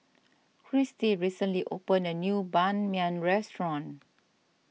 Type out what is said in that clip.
Kristie recently opened a new Ban Mian restaurant